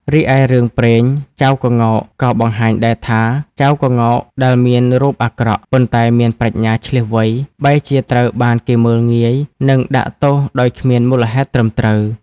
រីឯរឿងព្រេង ចៅក្ងោក ក៏បង្ហាញដែរថា ចៅក្ងោកដែលមានរូបអាក្រក់ ប៉ុន្តែមានប្រាជ្ញាឈ្លាសវៃ បែរជាត្រូវបានគេមើលងាយ និងដាក់ទោសដោយគ្មានមូលហេតុត្រឹមត្រូវ។